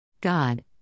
God